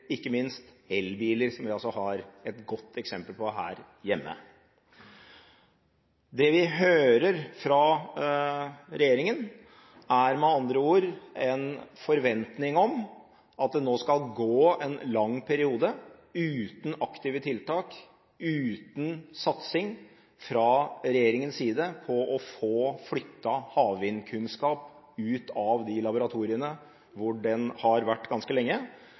ikke minst elbiler, som vi har et godt eksempel med her hjemme. Det vi hører fra regjeringen, er med andre ord en forventning om at det nå skal gå en lang periode uten aktive tiltak og uten satsing fra regjeringens side på å få flyttet havvindkunnskapen ut av de laboratoriene hvor den har vært ganske lenge,